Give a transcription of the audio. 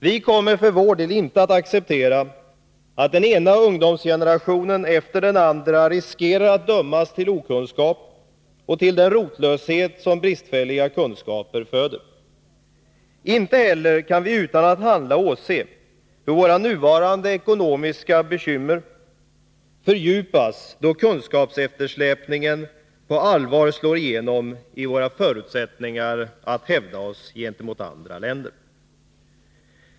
Vi kommer för vår del inte att acceptera att den ena ungdomsgenerationen efter den andra riskerar att dömas till okunskap och till den rotlöshet som bristfälliga kunskaper föder. Inte heller kan vi utan att handla åse hur våra nuvarande ekonomiska bekymmer fördjupas då kunskapseftersläpningen på allvar slår igenom i våra förutsättningar att hävda oss gentemot andra länder.